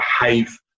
behave